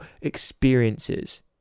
experiences